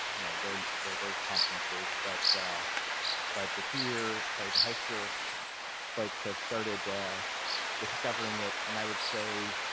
you know going to those conferences, but but the two-year, sorry the high school folks, have started discovering it and i would say,